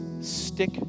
stick